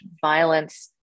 violence